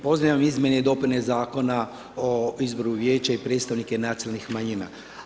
Pozdravljam izmjene i dopune Zakona o izboru vijeća i predstavnike nacionalnih manjina.